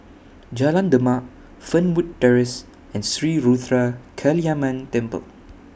Jalan Demak Fernwood Terrace and Sri Ruthra Kaliamman Temple